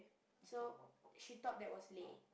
so she thought that was Lei